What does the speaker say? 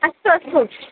अस्तु अस्तु